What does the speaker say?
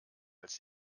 als